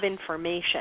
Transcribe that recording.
information